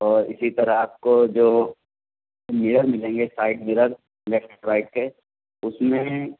اور اسی طرح آپ کو جو میرر ملیں گے سائڈ میرر لیفٹ رائٹ کے اس میں